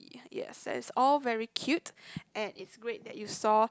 yes it's all very cute and it's great that you saw